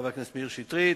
חבר הכנסת מאיר שטרית,